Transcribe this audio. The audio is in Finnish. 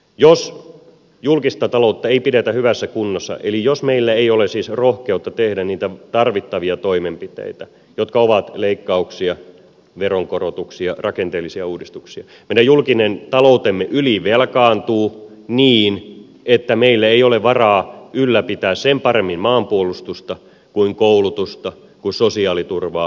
jos julkista taloutta ei pidetä hyvässä kunnossa eli jos meillä ei ole siis rohkeutta tehdä niitä tarvittavia toimenpiteitä jotka ovat leikkauksia veronkorotuksia rakenteellisia uudistuksia meidän julkinen taloutemme ylivelkaantuu niin että meillä ei ole varaa ylläpitää sen paremmin maanpuolustusta kuin koulutusta kuin sosiaaliturvaa kuin terveyspalveluita